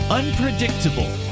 unpredictable